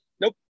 Nope